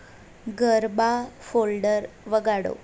garba folder વગાડો